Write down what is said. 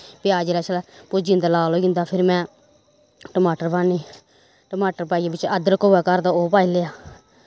प्याज जेल्लै शैल भुज्जी जंदा लाल होई जंदा फिर में टमाटर पान्नी टमाटर पाइयै बिच्च अदरक होऐ घर ते ओह् पाई लेआ